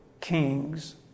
kings